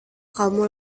kamu